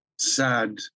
sad